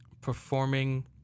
Performing